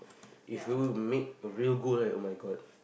if you made a real goal right oh-my-God